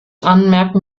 anmerken